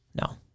no